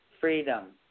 Freedom